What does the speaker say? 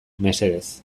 mesedez